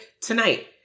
tonight